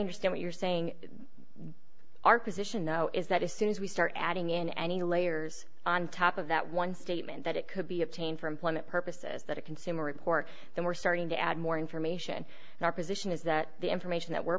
understand what you're saying our position now is that as soon as we start adding in any layers on top of that one statement that it could be obtained from plymouth purposes that a consumer report that we're starting to add more information in our position is that the information that we're